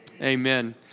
amen